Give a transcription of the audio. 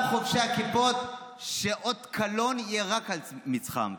חובשי הכיפות שאות קלון יהיה רק על מצחם.